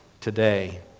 today